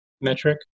metric